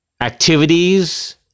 activities